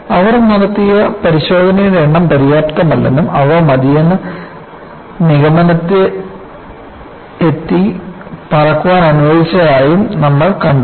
അവർ നടത്തിയ പരിശോധനയുടെ എണ്ണം പര്യാപ്തമല്ലെന്നും അവ മതിയെന്നു നിഗമനത്തിൽ പറക്കാൻ അനുവദിച്ചതായും നമ്മൾ കണ്ടു